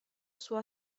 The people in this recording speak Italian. sua